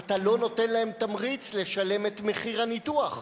אתה לא נותן להם תמריץ לשלם את מחיר הניתוח.